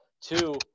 two